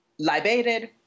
libated